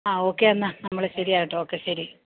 ആ ഓക്കെ എന്നാൽ നമ്മൾ ശരിയാകട്ടെ ഓക്കെ ശരി